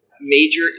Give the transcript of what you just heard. major